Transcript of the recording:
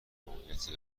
موقعیتی